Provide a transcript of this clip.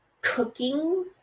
cooking